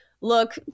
look